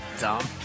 dumb